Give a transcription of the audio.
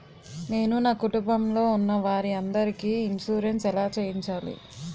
నేను నా కుటుంబం లొ ఉన్న వారి అందరికి ఇన్సురెన్స్ ఎలా చేయించాలి?